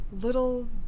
little